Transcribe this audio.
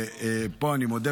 אני מודה,